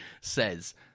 says